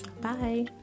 bye